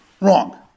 Wrong